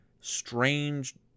strange